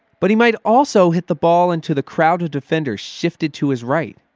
but he might also hit the ball into the crowded defender, shifted to his right,